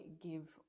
give